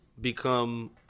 become